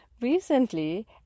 Recently